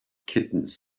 kittens